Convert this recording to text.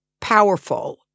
powerful